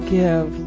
give